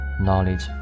Knowledge